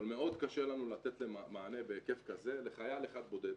אבל מ אוד קשה לנו לתת מענה בהיקף כזה לחייל אחד בודד,